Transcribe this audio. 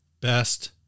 best